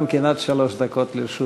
גם כן, עד שלוש דקות לרשות